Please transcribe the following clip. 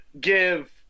give